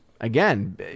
Again